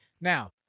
now